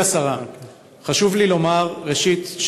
ראשית,